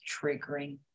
triggering